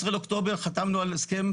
ב-19 לאוקטובר חתמנו על הסכם.